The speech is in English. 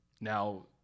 Now